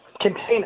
container